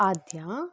ಆದ್ಯಾ